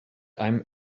einem